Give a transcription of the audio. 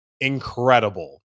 incredible